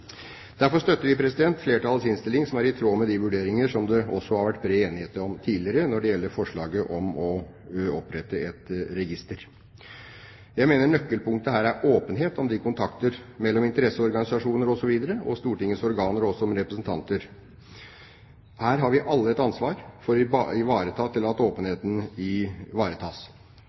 Derfor støtter vi flertallets innstilling, som er i tråd med de vurderinger som det også har vært bred enighet om tidligere, når det gjelder forslaget om å opprette et register. Jeg mener nøkkelen her er åpenhet om kontakten mellom interesseorganisasjoner etc. og Stortingets organer og oss som representanter. Her har vi alle et ansvar for at åpenheten ivaretas. Jeg er enig i det stortingspresident Andersen nevnte, at